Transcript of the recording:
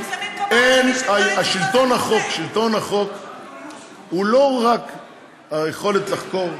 שלטון החוק הוא לא רק היכולת לחקור.